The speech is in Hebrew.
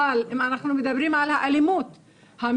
אבל אם אנחנו מדברים על האלימות המאורגנת,